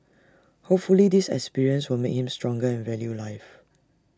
hopefully this experience will make him stronger and value life